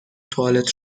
توالت